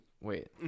Wait